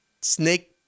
Snake